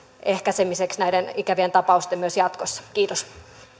näiden ikävien tapausten ehkäisemiseksi myös jatkossa kiitos ja